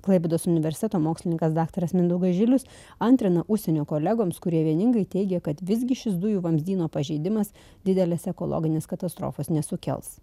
klaipėdos universiteto mokslininkas daktaras mindaugas žilius antrina užsienio kolegoms kurie vieningai teigia kad visgi šis dujų vamzdyno pažeidimas didelės ekologinės katastrofos nesukels